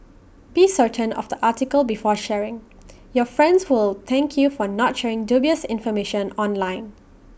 be certain of the article before sharing your friends will thank you for not sharing dubious information online